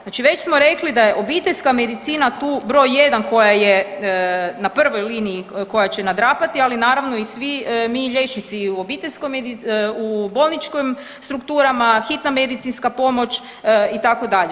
Znači već smo rekli da je obiteljska medicina tu broj jedan koja je na prvoj liniji koja će nadrapati, ali naravno i svi mi liječnici u bolničkim strukturama, hitna medicinska pomoć itd.